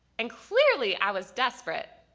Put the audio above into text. and clearly i was desperate.